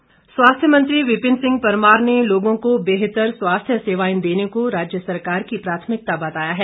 परमार स्वास्थ्य मंत्री विपिन सिंह परमार ने लोगों को बेहतर स्वास्थ्य सेवाएं देने को राज्य सरकार की प्राथमिकता बताया है